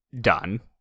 done